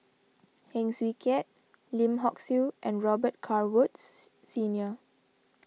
Heng Swee Keat Lim Hock Siew and Robet Carr Woods Senior